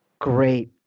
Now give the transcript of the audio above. Great